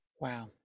wow